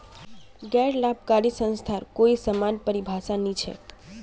गैर लाभकारी संस्थार कोई समान परिभाषा नी छेक